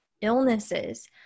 illnesses